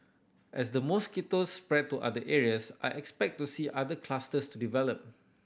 as the mosquitoes spread to other areas I expect to see other clusters to develop